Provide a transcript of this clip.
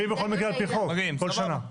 הם חייבים בכל מקרה על פי חוק, כל שנה.